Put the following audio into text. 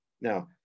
Now